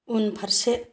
उनफारसे